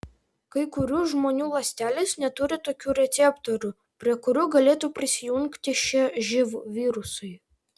kai kurių žmonių ląstelės neturi tokių receptorių prie kurių galėtų prisijungti šie živ virusai